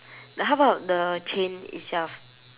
like how about the chain itself